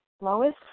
Lois